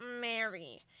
Mary